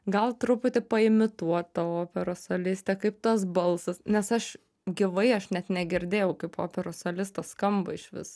gal truputį paimituot tą operos solistę kaip tas balsas nes aš gyvai aš net negirdėjau kaip operos solistas skamba išvis